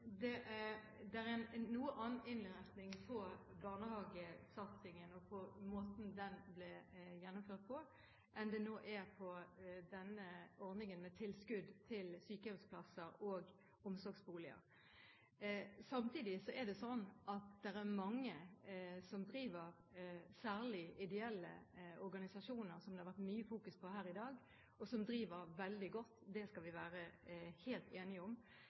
Det er en noe annen innretning på barnehagesatsingen og på måten den ble gjennomført på, enn det nå er på ordningen med tilskudd til sykehjemsplasser og omsorgsboliger. Samtidig er det slik at det er mange, særlig ideelle organisasjoner – som det har vært mye fokus på her i dag – som driver veldig god eldreomsorg. Det skal vi være helt enige om.